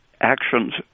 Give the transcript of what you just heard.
actions